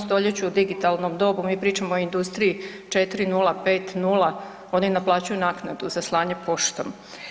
Stoljeću u digitalnom dobu mi pričamo o industriji 4050 oni naplaćuju naknadu za slanje poštom.